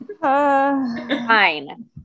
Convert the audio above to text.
Fine